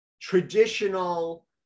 traditional